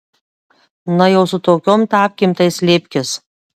na jau su tokiom tapkėm tai slėpkis